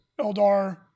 Eldar